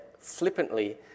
flippantly